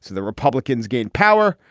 the republicans gained power.